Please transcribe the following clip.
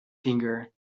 finger